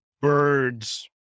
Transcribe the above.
birds